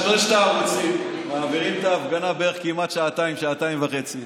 שלושת הערוצים מעבירים את ההפגנה בערך כמעט שעתיים-שעתיים וחצי.